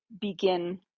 begin